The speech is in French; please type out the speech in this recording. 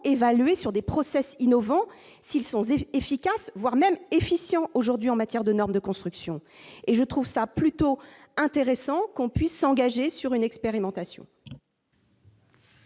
évalués sur des process innovant, s'ils sont efficaces, voire même efficient aujourd'hui en matière de normes de construction et je trouve ça plutôt intéressant qu'on puisse s'engager sur une expérimentation.